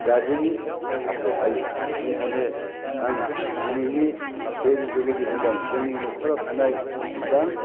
गारजेननि आखाइयाव थायो बेनिखायनो आं दिनैनि जे न'खराव थानाय जेसेबां